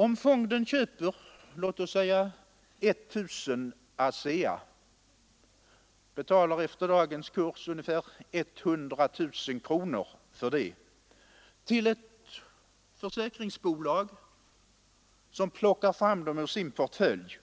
Om fonden köper t.ex. 1000 ASEA-aktier och efter dagens kurs betalar ungefär 100 000 kronor för dessa till ett försäkringsbolag, som plockar fram dem ur sin portfölj,